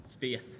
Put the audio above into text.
Faith